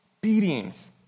Beatings